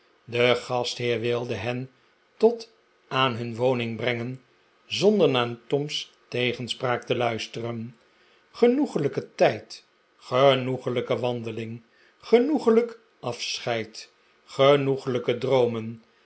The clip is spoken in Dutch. de gastheer wilde hen tot aan hun woning brengen zonder naar tom's tegenspraak te luisteren genoeglijke tijd genoeglijke wandeling genoeglijk afscheid genoeglijke droomen